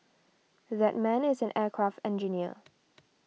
that man is an aircraft engineer